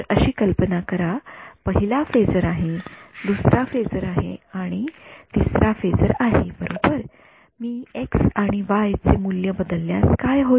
तर अशी कल्पना करा पहिला फेजर आहे दुसरा फेजर आहे तिसरा फेजर आहे बरोबर मी एक्स आणि वाई चे मूल्य बदलल्यास काय होईल